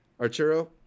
Arturo